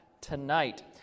tonight